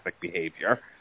behavior